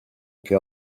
che